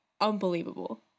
unbelievable